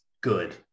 good